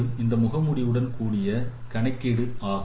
மேலும் இது முகமூடியுடன் கூடிய கணக்கீடு ஆகும்